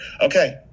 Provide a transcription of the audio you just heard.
Okay